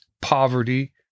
poverty